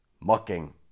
Mocking